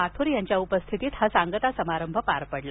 माथ्र यांच्या उपस्थितीत हा सांगता समारंभ पार पडला